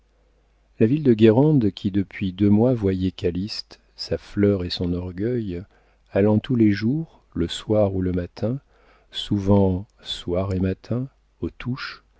la ville de guérande qui depuis deux mois voyait calyste sa fleur et son orgueil allant tous les jours le soir ou le matin souvent soir et matin aux touches